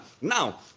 Now